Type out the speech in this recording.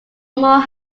more